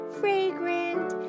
fragrant